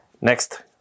next